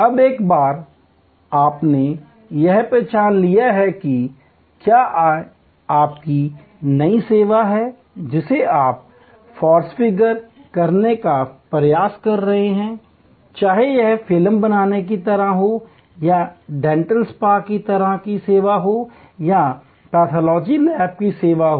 अब एक बार आपने यह पहचान लिया है कि क्या यह आपकी नई सेवा है जिसे आप कॉन्फ़िगर करने का प्रयास कर रहे हैं चाहे वह फिल्म बनाने की तरह हो या डेंटल स्पा की तरह की सेवा हो या पैथोलॉजी लैब की सेवा हो